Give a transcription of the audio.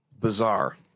Bizarre